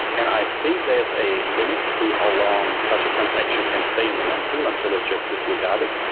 and i think there's a limit to how long such a transaction can stay in the mempool until it's just disregarded,